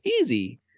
easy